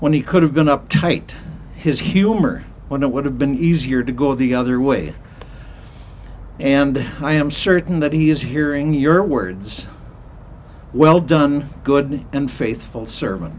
when he could have been up tight his humor when it would have been easier to go the other way and i am sure that he is hearing your words well done good and faithful serv